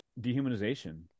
dehumanization